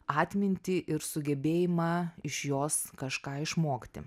atmintį ir sugebėjimą iš jos kažką išmokti